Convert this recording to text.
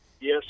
Yes